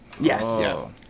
Yes